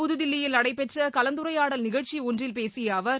புதுதில்லியில் நடைபெற்ற கலந்துரையாடல் நிகழ்ச்சி ஒன்றில் பேசிய அவர்